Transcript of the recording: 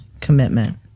commitment